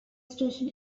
station